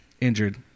injured